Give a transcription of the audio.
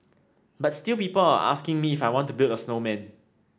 but still people are asking me if I want to build a snowman